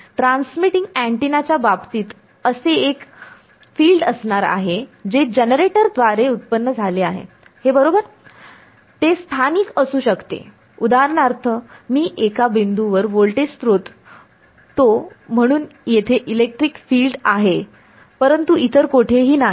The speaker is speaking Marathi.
ट्रान्समिटिंग अँटिनाच्या बाबतीत असे एक फिल्ड असणार आहे जे जनरेटर द्वारे उत्पन्न झाले आहे हे बरोबर ते स्थानिक असू शकते उदाहरणार्थ मी एका बिंदूवर व्होल्टेज स्त्रोत जोडतो म्हणून येथे इलेक्ट्रिक फील्ड आहे परंतु इतर कोठेही नाही